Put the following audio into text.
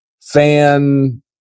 fan